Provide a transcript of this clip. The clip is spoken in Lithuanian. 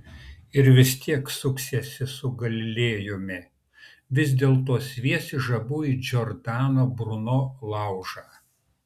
ir vis tiek suksiesi su galilėjumi vis dėlto sviesi žabų į džordano bruno laužą